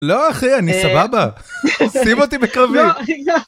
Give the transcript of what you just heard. לא אחי, אני סבבה. שים אותי בקרבי.